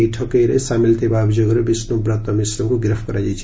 ଏହି ଠକେଇରେ ସାମିଲ୍ ଥିବା ଅଭିଯୋଗରେ ବିଷୁବ୍ରତ ମିଶ୍ରଙ୍କୁ ଗିରଫ କରାଯାଇଛି